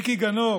מיקי גנור,